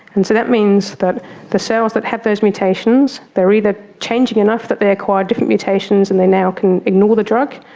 and so that means that the cells that have those mutations, they're either changing enough that they acquire different mutations and they now can ignore the drug,